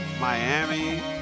Miami